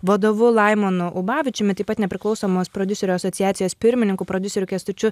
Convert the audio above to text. vadovu laimonu ubavičiumi taip pat nepriklausomos prodiuserių asociacijos pirmininku prodiuseriu kęstučiu